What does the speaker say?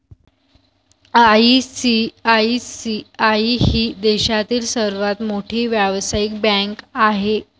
ICICI ही देशातील सर्वात मोठी व्यावसायिक बँक आहे